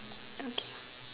okay